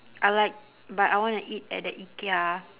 I like but I wanna eat at the ikea